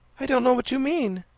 i don't know what you mean.